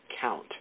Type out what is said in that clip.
count